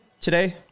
today